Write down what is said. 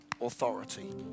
authority